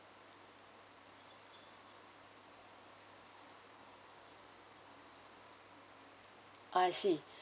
I see